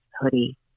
hoodie